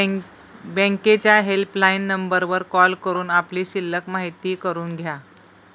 बँकेच्या हेल्पलाईन नंबरवर कॉल करून आपली शिल्लक माहिती करून घ्या